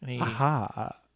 Aha